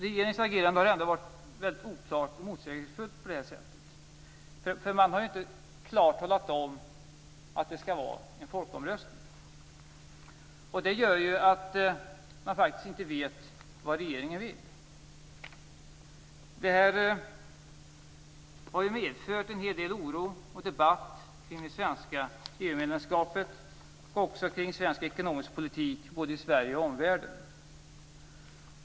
Regeringens agerande har ändå varit väldigt oklart och motsägelsefullt, eftersom den inte klart har talat om att det skall ske en folkomröstning. Det gör ju att man faktiskt inte vet vad regeringen vill. Detta har medfört en hel del oro och debatt kring det svenska EU-medlemskapet och också kring svensk ekonomisk politik, både i Sverige och omvärlden.